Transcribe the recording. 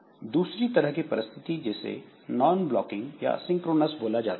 दूसरी तरह की परिस्थिति है जिसे नॉन ब्लॉकिंग या असिंक्रोनस बोला जाता है